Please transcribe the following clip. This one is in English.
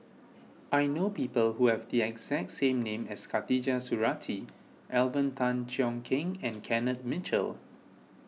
I know people who have the exact same name as Khatijah Surattee Alvin Tan Cheong Kheng and Kenneth Mitchell